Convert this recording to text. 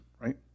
right